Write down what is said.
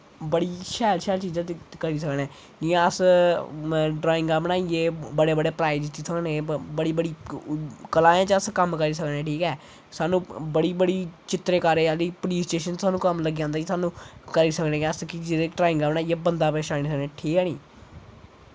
बड़ी शैल सैल चीजां करी सकने जियां अस ड्राईंगां बनाइयै बड़े बड़े प्राईज़ जित्ती सकने बड़ी बड़ी कलाएं च कम्म करी सकने ठीक ऐ स्हानू बड़ी बड़ी चित्तरकारें आह्ली पुलिस स्टेशन कम्म लब्भी जंदा स्हानू करी सकने अस कि जेह्दे च ड्राईगां बनाइयै बंदा पंछानी सकन् ठीक ऐ नी